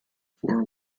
four